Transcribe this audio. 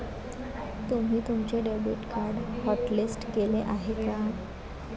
तुम्ही तुमचे debit card hotlist केले आहे का?